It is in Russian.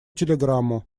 телеграмму